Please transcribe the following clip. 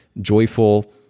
Joyful